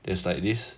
there's like this